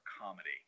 comedy